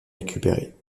récupérés